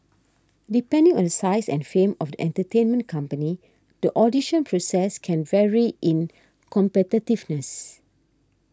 depending on the size and fame of the entertainment company the audition process can vary in competitiveness